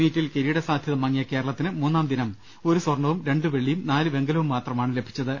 മീറ്റിൽ കിരീട സാധൃത മങ്ങിയ കേരളത്തിന് മൂന്നാംദിനം ഒരു സ്വർണ്ണവും രണ്ട് വെള്ളിയും നാല് വെങ്കലവും മാത്രമാണ് ലഭിച്ചത്